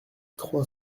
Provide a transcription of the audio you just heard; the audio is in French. trois